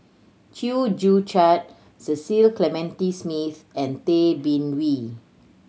Chew Joo Chiat Cecil Clementi Smith and Tay Bin Wee